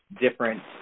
different